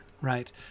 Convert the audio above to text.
right